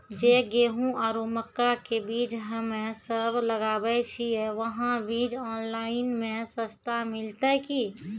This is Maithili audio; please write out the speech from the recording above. जे गेहूँ आरु मक्का के बीज हमे सब लगावे छिये वहा बीज ऑनलाइन मे सस्ता मिलते की?